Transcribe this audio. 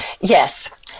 Yes